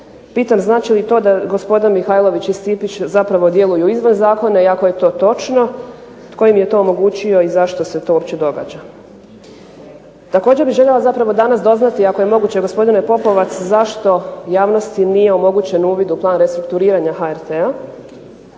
Pitam, znači li to da gospodin Mihajlović i Stipić zapravo djeluju izvan zakona i ako je to točno, tko im je to omogućio i zašto se to događa? Također bi zapravo željela danas doznati ako je moguće gospodine Popovac zašto javnosti nije omogućen uvid u plan restrukturiranja HRT-a